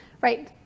right